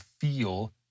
feel